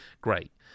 great